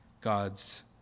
God's